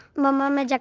mama! ah